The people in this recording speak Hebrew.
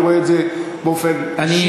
אני רואה את זה באופן אישי,